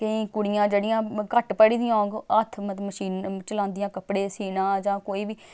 केईं कुड़ियां जेह्ड़ियां घट्ट पढ़ी दियां होग हत्थ मतलब मशीनां चलांदियां कपड़े सीना जां कोई बी